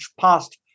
past